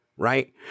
right